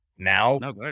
now